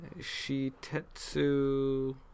Shitetsu